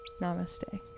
namaste